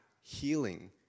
healing